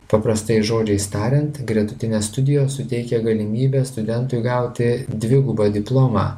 paprastais žodžiais tariant gretutinės studijos suteikia galimybę studentui gauti dvigubą diplomą